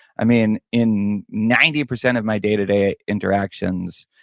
um in in ninety percent of my day-to-day interactions,